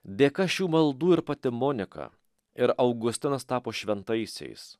dėka šių maldų ir pati monika ir augustinas tapo šventaisiais